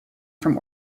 from